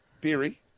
Beery